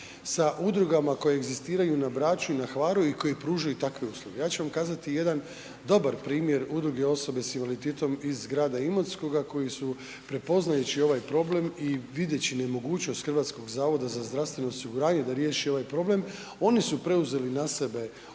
sa udrugama koje egzistiraju na Braču i na Hvaru i koji pružaju takve usluge. Ja ću vam kazati jedan dobar primjer Udruge osobe s invaliditetom iz grada Imotskoga koji su prepoznajući ovaj problem i videći nemogućnost HZZO da riješi ovaj problem, oni su preuzeli na sebe